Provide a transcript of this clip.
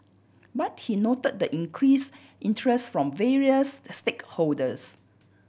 but he noted the increased interest from various stakeholders